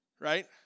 Right